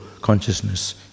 consciousness